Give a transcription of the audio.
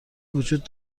وجود